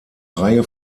reihe